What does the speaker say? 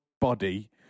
body